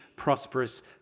prosperous